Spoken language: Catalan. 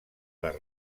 les